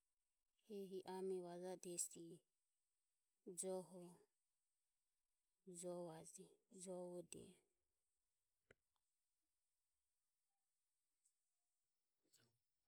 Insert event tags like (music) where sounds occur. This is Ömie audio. Hehi ame vajade, vajade hesi joho jovode. (noise)